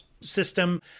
system